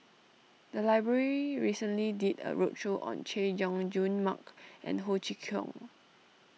the library recently did a roadshow on Chay Jung Jun Mark and Ho Chee Kong